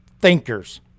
thinkers